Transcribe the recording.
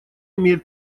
имеет